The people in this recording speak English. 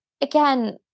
again